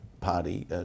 party